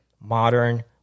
modern